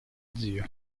zio